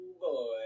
boy